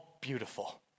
Beautiful